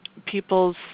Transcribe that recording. people's